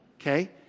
okay